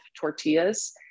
tortillas